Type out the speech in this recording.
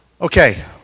Okay